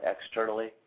externally